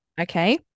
Okay